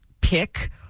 pick